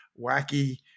wacky